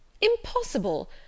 Impossible